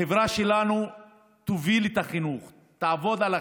החברה שלנו תוביל את החינוך, תעבוד על החינוך,